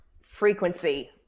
frequency